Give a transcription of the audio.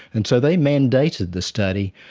and so they mandated the study,